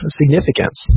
significance